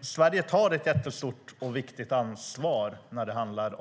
Sverige tar ett jättestort och viktigt ansvar när det gäller